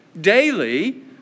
daily